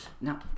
Now